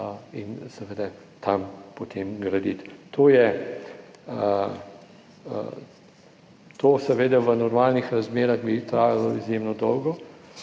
in seveda tam potem graditi. To je to. Seveda v normalnih razmerah bi trajalo izjemno dolgo.